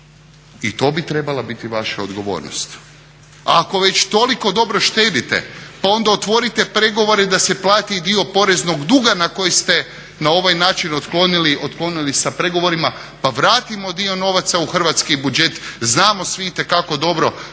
i to bi trebala biti vaša odgovornost. A ako već toliko dobro štedite pa onda otvorite pregovore da se plati i dio poreznog duga na koji ste na ovaj način otklonili sa pregovorima pa vratimo dio novaca u hrvatski budžet. Znamo svi itekako dobro